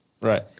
right